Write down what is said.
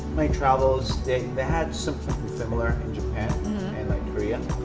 my travels they had something similar in japan and like korea, and